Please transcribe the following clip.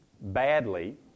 badly